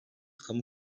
kamu